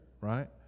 right